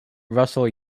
russell